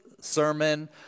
sermon